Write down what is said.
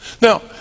Now